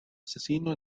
asesino